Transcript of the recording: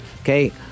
okay